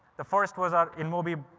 the first was our inmobi,